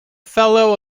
fellow